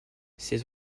ses